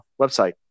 website